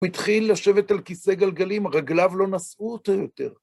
הוא התחיל לשבת על כיסא גלגלים, רגליו לא נשאו אותו יותר.